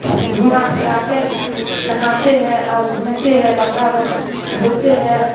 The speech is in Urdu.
گھما پھرا کے نہاتے ہیں اور گھومتے ہیں کپڑا دھوتے ہیں